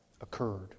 occurred